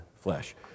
flesh